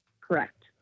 Correct